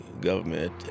government